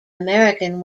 american